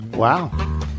Wow